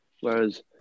whereas